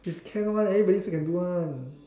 is can [one] everybody also can do [one]